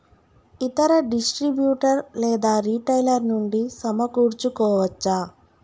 ఇతర డిస్ట్రిబ్యూటర్ లేదా రిటైలర్ నుండి సమకూర్చుకోవచ్చా?